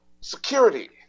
security